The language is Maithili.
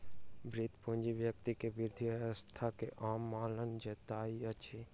वृति पूंजी व्यक्ति के वृद्ध अवस्था के आय मानल जाइत अछि